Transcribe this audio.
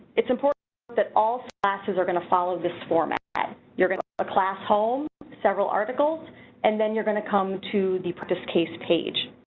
it's important that all classes are gonna follow this format. you're gonna a class home several articles and then you're going come to the practice case page